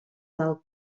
del